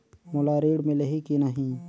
मोला ऋण मिलही की नहीं?